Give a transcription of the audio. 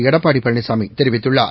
எடப்பாடி பழனிசாமி தெரிவித் துள்ளார்